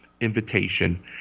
invitation